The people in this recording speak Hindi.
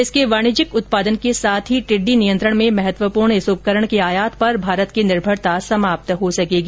इसके वाणिज्यिक उत्पादन के साथ ही टिड्डी नियंत्रण में महत्वपूर्ण इस उपकरण के आयात पर भारत की निर्भरता समाप्त हो सकेगी